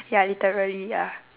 ya literally ya